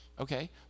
Okay